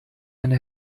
eine